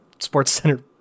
SportsCenter